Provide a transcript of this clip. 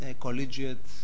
collegiate